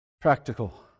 practical